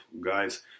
guys